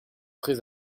très